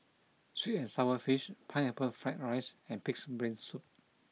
Sweet and Sour Fish Pineapple Fried Rice and Pig'S Brain Soup